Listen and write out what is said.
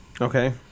Okay